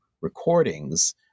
recordings